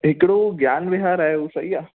हिकिड़ो ज्ञान विहार आहे हो सई आहे